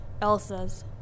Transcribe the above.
Elsa's